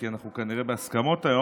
כי אנחנו כנראה בהסכמות היום,